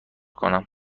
کنم